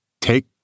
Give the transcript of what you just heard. take